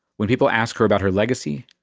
when people ask her about her legacy,